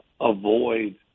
avoid